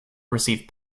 received